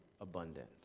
abundant